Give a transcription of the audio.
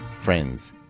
friends